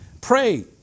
pray